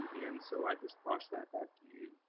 and so i just brought that back to you,